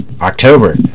October